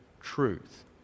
truth